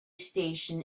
station